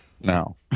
No